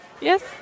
Yes